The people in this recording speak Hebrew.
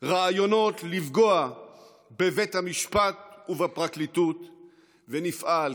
רעיונות לפגוע בבית המשפט ובפרקליטות ונפעל,